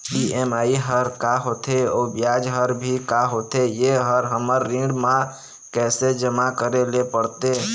EMI हर का होथे अऊ ब्याज हर भी का होथे ये हर हमर ऋण मा कैसे जमा करे ले पड़ते?